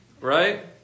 Right